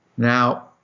Now